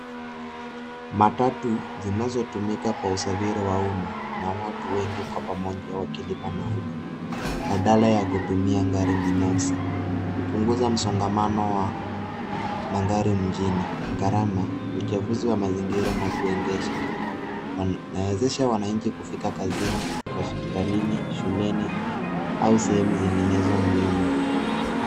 Matatu zinazotumika kwa usafiri wa uma na watu wengi kwa pamoja wakilipa nauli badala ya kutumia gari binafsi kupunguza msongamano wa magari mjini. Garama uchafuzi wa mazingira na kuengesha, inawezesha wananchi kufika kazini, hospitalini, shuleni au sehemu zinginezo muhimu.